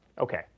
Okay